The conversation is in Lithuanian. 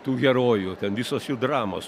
tų herojų ten visos jų dramos